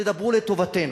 תדברו לטובתנו.